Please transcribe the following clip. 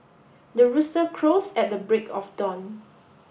the rooster crows at the break of dawn